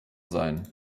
sein